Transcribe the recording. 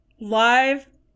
live